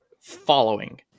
following